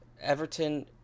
Everton